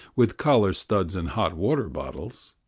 with collar-studs and hot-water bottles,